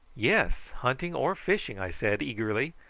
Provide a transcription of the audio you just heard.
yes hunting or fishing, i said eagerly,